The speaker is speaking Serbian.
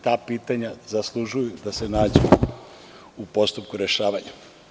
Ta pitanja zaslužuju da se nađu u postupku rešavanja.